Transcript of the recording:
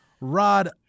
Rod